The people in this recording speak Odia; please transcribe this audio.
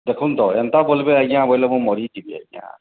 ଦେଖୁନ୍ ତ ଏନ୍ତା ବୋଲବେ ଆଜ୍ଞା ବୋଇଲେ ମୁଁ ମରିଯିବି ଆଜ୍ଞା